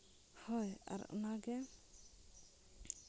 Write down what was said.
ᱦᱳᱭ ᱟᱨ ᱚᱱᱟᱜᱮ